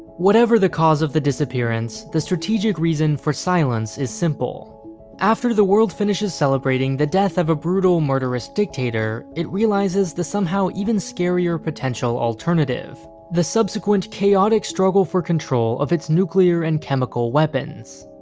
whatever the cause of the disappearance, the strategic reason for silence is simple after the world finishes celebrating the death of a brutal, murderous dictator, it realizes the somehow even scarier potential alternative the subsequent chaotic struggle for control of its nuclear and chemical weapons.